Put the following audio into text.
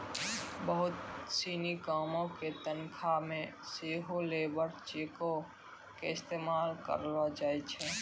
बहुते सिनी कामो के तनखा मे सेहो लेबर चेको के इस्तेमाल करलो जाय छै